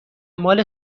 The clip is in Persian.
مال